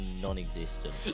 non-existent